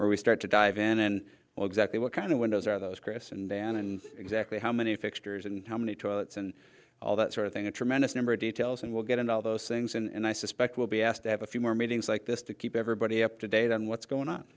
where we start to dive in and well exactly what kind of windows are those chris and dan and exactly how many fixtures and how many toilets and all that sort of thing a tremendous number of details and we'll get into all those things and i suspect we'll be asked to have a few more meetings like this to keep everybody up to date on what's going on